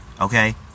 okay